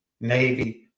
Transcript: Navy